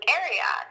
area